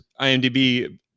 IMDb